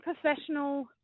professional